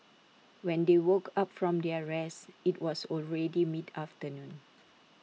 when they woke up from their rest IT was already mid afternoon